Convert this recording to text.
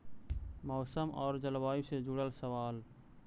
मौसम और जलवायु से जुड़ल सवाल?